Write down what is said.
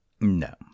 No